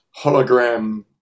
hologram